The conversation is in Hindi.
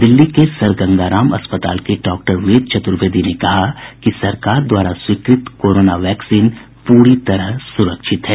दिल्ली के सर गंगाराम अस्पताल के डॉक्टर वेद चतुर्वेदी ने कहा कि सरकार द्वारा स्वीकृत कोरोना वैक्सीन पूरी तरह से सुरक्षित है